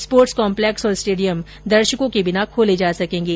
sports complex और stadium दर्शकों के बिना खोले जा सकेंगे